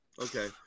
okay